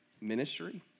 ministry